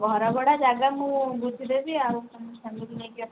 ଘର ଭଡ଼ା ଜାଗା ମୁଁ ବୁଝିଦେବି ଆଉ ତୁମେ ଫ୍ୟାମିଲି ନେଇକି ଆସ